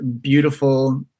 beautiful